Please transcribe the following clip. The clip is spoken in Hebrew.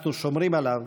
אנחנו שומרים עליו